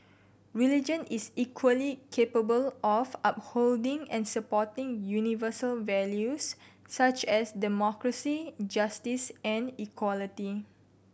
religion is equally capable of upholding and supporting universal values such as democracy justice and equality